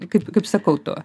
kaip kaip sakau to